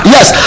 Yes